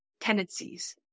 tendencies